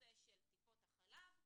בנושא של טיפות החלב,